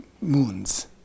moons